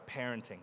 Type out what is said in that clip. parenting